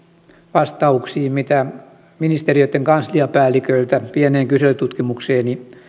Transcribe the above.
vastauksiin mitä ministeriöitten kansliapäälliköiltä pieneen kyselytutkimukseeni